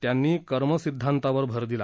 त्यांनी कर्म सिद्धांतावर भर दिला